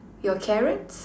your carrots